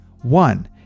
One